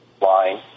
line